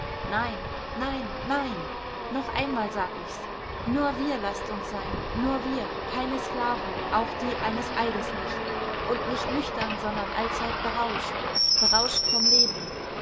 nein nein nein noch einmal sag ich's nur wir laßt uns sein nur wir keine sklaven auch die eines eides nicht und nicht nüchtern sondern allzeit berauscht berauscht vom leben